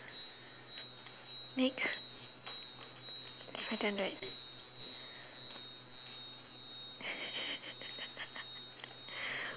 next it's my turn right